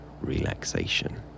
relaxation